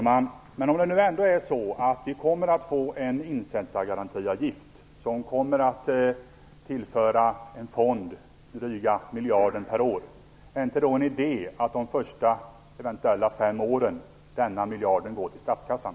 Herr talman! Om vi nu får en insättargarantiavgift som kommer att tillföra en fond en dryg miljard per år, är det då inte idé att låta denna miljard under de första fem åren gå till statskassan?